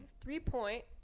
three-point